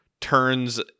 turns